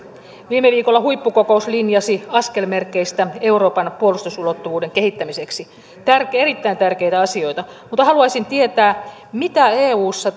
viime viikolla huippukokous linjasi askelmerkeistä euroopan puolustusulottuvuuden kehittämiseksi erittäin tärkeitä asioita mutta haluaisin tietää mitä eussa